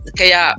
kaya